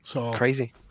Crazy